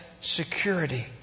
security